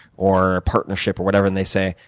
or partnership, or whatever. and they say,